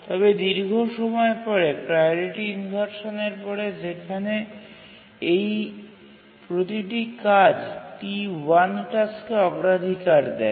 তবে দীর্ঘ সময় পরে প্রাওরিটি ইনভারসানের পরে যেখানে এই প্রতিটি কাজ T1 টাস্কে অগ্রাধিকার দেয়